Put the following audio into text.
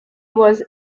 was